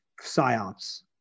psyops